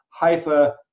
hypha